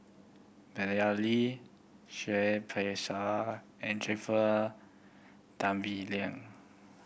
Madeleine Lee Seah Peck Seah and Jennifer Tan Bee Leng